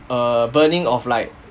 uh burning of like